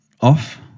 off